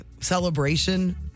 celebration